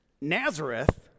Nazareth